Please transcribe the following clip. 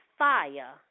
fire